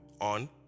on